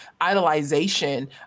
idolization